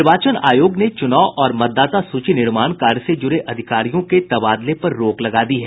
निर्वाचन आयोग ने चुनाव और मतदाता सूची निर्माण कार्य से जुड़े अधिकारियों के तबादले पर रोक लगा दी है